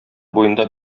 буенда